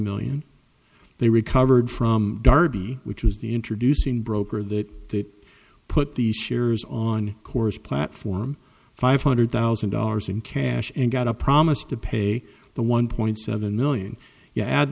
million they recovered from darby which was the introducing broker that put these shares on course platform five hundred thousand dollars in cash and got a promise to pay the one point seven million you add